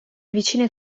vicine